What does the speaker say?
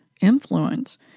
influence